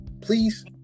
please